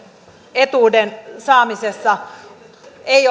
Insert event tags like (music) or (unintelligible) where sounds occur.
etuuden saamisessa ei (unintelligible)